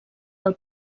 del